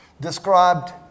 described